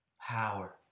Power